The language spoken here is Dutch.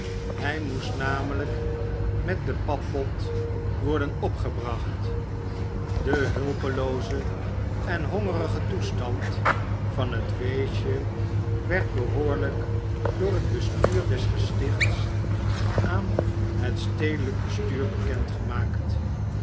hij moest namelijk met den pappot worden opgebracht de hulpelooze en hongerige toestand van het weesje werd behoorlijk door het bestuur des gestichts aan het stedelijk bestuur